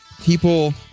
People